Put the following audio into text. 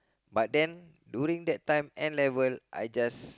but then during that time N-level I just